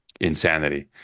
insanity